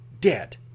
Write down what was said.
dead